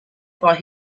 thought